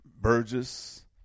Burgess